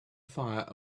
fire